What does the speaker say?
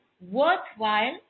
worthwhile